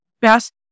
best